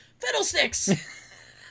fiddlesticks